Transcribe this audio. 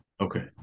Okay